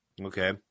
Okay